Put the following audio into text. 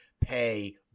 pay